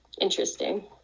interesting